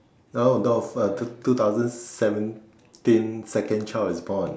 no no fir~ two two thousand seventeen second child is born